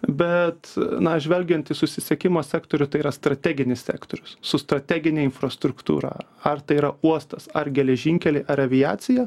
bet na žvelgiant į susisiekimo sektorių tai yra strateginis sektorius su strategine infrastruktūra ar tai yra uostas ar geležinkeliai ar aviacija